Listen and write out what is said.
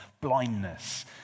Blindness